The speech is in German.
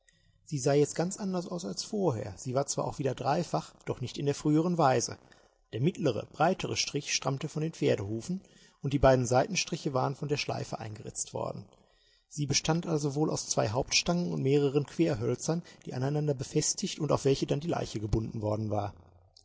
sie sah jetzt ganz anders aus als vorher sie war zwar auch wieder dreifach doch nicht in der früheren weise der mittlere breite strich stammte von den pferdehufen und die beiden seitenstriche waren von der schleife eingeritzt worden sie bestand also wohl aus zwei hauptstangen und mehreren querhölzern die aneinander befestigt und auf welche dann die leiche gebunden worden war